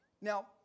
Now